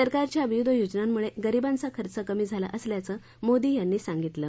सरकारच्या विविध योजनांमुळे गरीबांचा खर्च कमी झाला असल्याचं मोदी यांनी सांगितलं